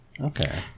Okay